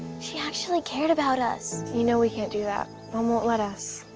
she actually cared about us. you know we can't do that. mom won't let us.